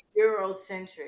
eurocentric